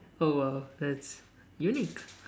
oh !wow! that's unique